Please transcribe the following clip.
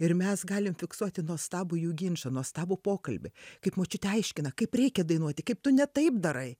ir mes galim fiksuoti nuostabų jų ginčą nuostabų pokalbį kaip močiutė aiškina kaip reikia dainuoti kaip tu ne taip darai